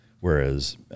Whereas